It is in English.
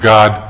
God